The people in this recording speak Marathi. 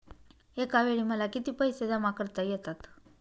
एकावेळी मला किती पैसे जमा करता येतात?